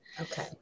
Okay